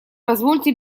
позвольте